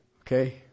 okay